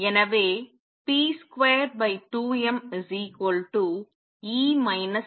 எனவே p22mE V